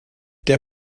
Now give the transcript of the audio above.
der